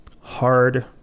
hard